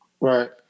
Right